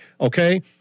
okay